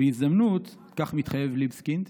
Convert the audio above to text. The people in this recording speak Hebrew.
בהזדמנות" כך מתחייב ליבסקינד,